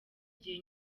igihe